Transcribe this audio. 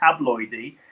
tabloidy